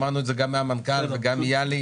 שמענו את זה גם מהמנכ"ל וגם מיהלי,